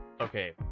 Okay